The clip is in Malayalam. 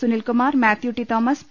Sunilkumar Mathew T Thomas P